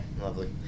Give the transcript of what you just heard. Lovely